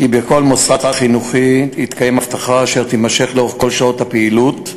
כי בכל מוסד חינוכי תתקיים אבטחה אשר תימשך לאורך כל שעות הפעילות,